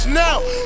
now